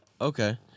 Okay